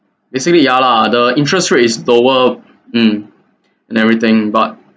basically ya lah the interest rate is lower mm and everything but